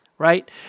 right